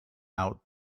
out